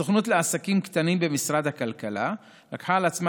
הסוכנות לעסקים קטנים במשרד הכלכלה לקחה על עצמה